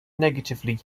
negatively